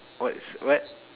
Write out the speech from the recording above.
what's what